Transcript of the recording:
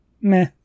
meh